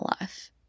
life